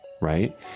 Right